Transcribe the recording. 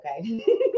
Okay